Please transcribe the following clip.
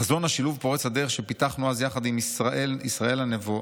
"חזון השילוב פורץ הדרך שפיתחנו אז יחד עם ישראלה נבו,